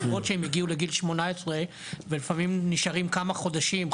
למרות שהם הגיעו לגיל 18 ולפעמים נשארים כמה חודשים,